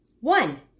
one